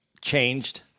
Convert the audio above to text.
changed